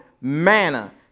manna